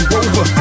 over